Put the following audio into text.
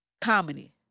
comedy